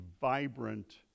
vibrant